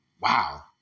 Wow